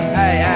hey